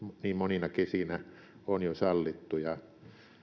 niin monina kesinä on jo sallittu ja